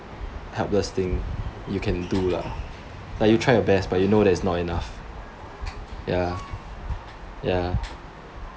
helpless thing you can do lah like you try your best but you know that is not enough ya ya